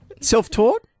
Self-taught